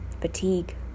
fatigue